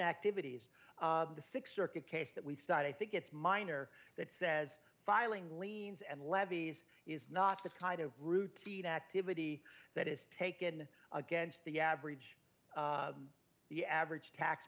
activities of the six circuit case that we've signed i think it's minor that says filing liens and levies is not the kind of routine activity that is taken against the average the average tax